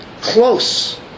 close